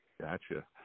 Gotcha